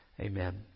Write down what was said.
Amen